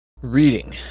Reading